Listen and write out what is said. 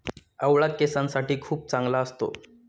आवळा केसांसाठी खूप चांगला असतो